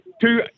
two